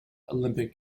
olympic